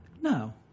No